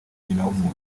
nyinawumuntu